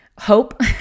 Hope